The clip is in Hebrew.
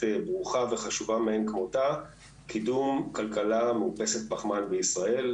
ברוכה וחשובה מאין כמותה קידום כלכלה מאופסת פחמן בישראל.